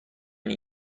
این